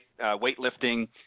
weightlifting